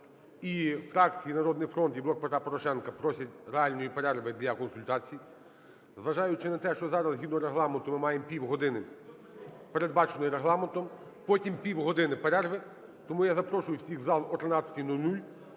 І фракція "Народний фронт", і "Блок Петра Порошенка" просять реальної перерви для консультацій. Зважаючи на те, що зараз згідно Регламенту ми маємо півгодини, передбаченої Регламентом, потім – півгодини перерви, тому я запрошую всіх у зал о 13:00